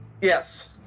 Yes